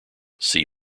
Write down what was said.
see